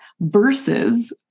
versus